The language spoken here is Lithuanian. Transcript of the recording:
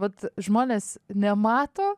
vat žmonės nemato